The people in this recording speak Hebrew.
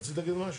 רצית להגיד משהו?